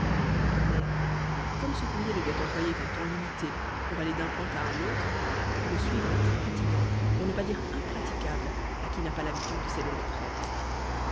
mais comme ce courrier ne doit employer qu'un temps limité pour aller d'un point à un autre le suivre est très fatigant pour ne pas dire impraticable à qui n'a pas l'habitude de ces longues traites